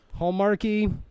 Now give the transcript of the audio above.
hallmarky